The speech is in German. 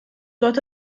dort